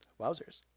Wowzers